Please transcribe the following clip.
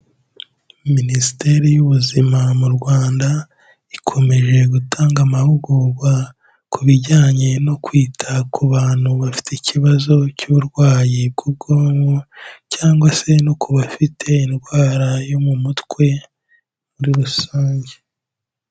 Minisiteri y'ubuzima mu Rwanda, ikomeje gutanga amahugurwa ku bijyanye no kwita ku bantu bafite ikibazo cy'uburwayi bw'ubwonko cyangwa se no ku bafite indwara yo mu mutwe muri rusange.